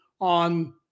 on